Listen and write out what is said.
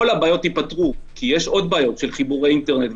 כל הבעיות ייפתרו כי יש עוד בעיות של חיבורי אינטרנט,